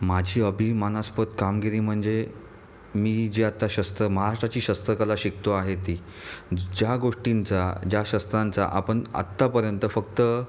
माझी अभिमानास्पद कामगिरी म्हणजे मी जे आता शस्त्र महाराष्ट्राची शस्त्रकला शिकतो आहे ती ज्या गोष्टींचा ज्या शस्त्रांचा आपण आत्तापर्यंत फक्त